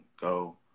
Go